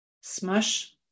smush